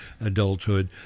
adulthood